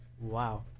Wow